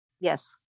yes